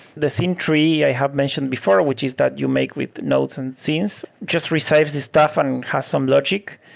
the same tree i have mentioned before, which is that you make with nodes and scenes, just receives this stuff and has some logic.